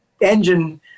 engine